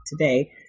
today